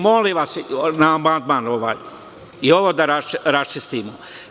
Molim vas, oko amandmana, da raščistimo.